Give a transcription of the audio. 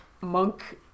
monk